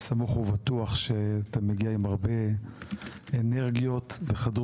אני סמוך ובטוח שאתה מגיע עם הרבה אנרגיות וחדור